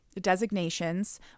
designations